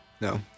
No